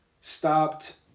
stopped